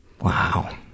Wow